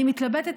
אני מתלבטת,